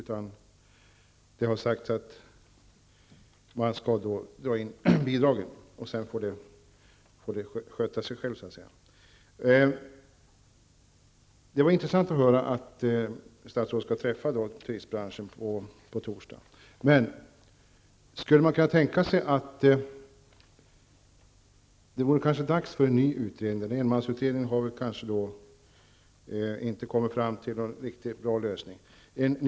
Man har talat om att bidragen skall dras in, varefter det hela skulle få sköta sig självt. Det var intressant att höra att statsrådet på torsdag skall träffa representanter för turistbranschen. Skulle man kunna tänka sig att tillsätta en ny utredning? Enmansutredningen har kanske inte resulterat i någon riktigt bra lösning.